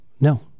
No